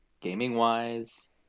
Gaming-wise